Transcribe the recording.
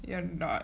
you are not